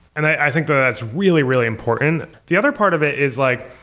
and i think that's really, really important the other part of it is like